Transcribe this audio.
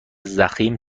ضخیم